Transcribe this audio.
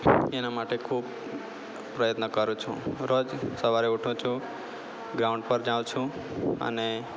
એના માટે ખૂબ પ્રયત્ન કરું છું હું રોજ સવારે ઊઠું છું ગ્રાઉન્ડ પર જાઉં છું અને